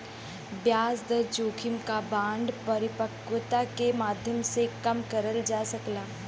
ब्याज दर जोखिम क बांड परिपक्वता के माध्यम से कम करल जा सकला